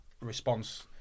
response